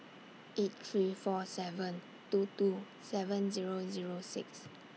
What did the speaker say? eight three four seven two two seven Zero Zero six